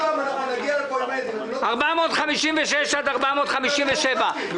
פניות מס' 456 עד 457. הרפורמה היא לא 40 שנה.